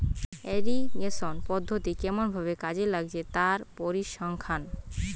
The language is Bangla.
ইরিগেশন পদ্ধতি কেমন ভাবে কাজে লাগছে তার পরিসংখ্যান